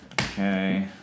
Okay